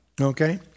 Okay